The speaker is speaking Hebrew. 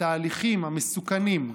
לתהליכים המסוכנים,